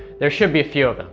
there should be a few of them.